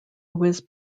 was